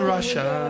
Russia